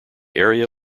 area